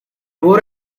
wore